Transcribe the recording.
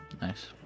nice